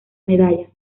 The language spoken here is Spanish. medallas